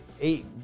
Eight